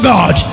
God